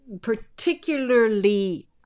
particularly